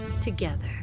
together